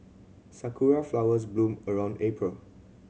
sakura flowers bloom around April